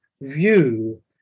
view